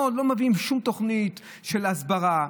לא מביאים שום תוכנית של הסברה,